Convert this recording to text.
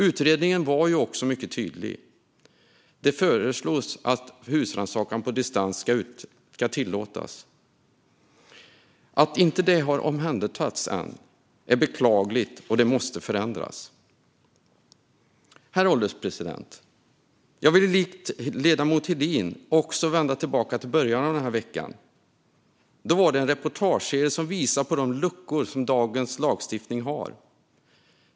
Utredningen var också mycket tydlig. Det föreslås att husrannsakan på distans ska tillåtas. Att inte det har omhändertagits än är beklagligt, och det måste förändras. Herr ålderspresident! Jag vill likt ledamoten Hedin vända tillbaka till början av den här veckan. Då var det en reportageserie som visade på de luckor som dagens lagstiftning har.